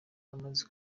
amaze